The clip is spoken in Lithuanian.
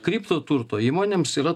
kripto turto įmonėms yra